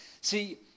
See